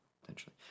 potentially